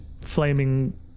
flaming